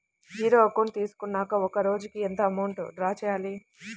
Zero account తీసుకున్నాక ఒక రోజుకి ఎంత అమౌంట్ డ్రా చేసుకోవాలి?